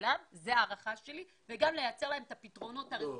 כולם וגם לייצר להם את הפתרונות הראויים.